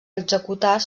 executar